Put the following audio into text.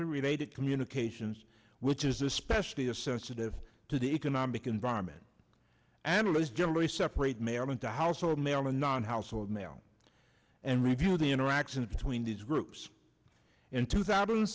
related communications which is especially a sensitive to the economic environment analysts generally separate merriment to household mail and non household mail and review the interactions between these groups in two thousand and